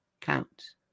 counts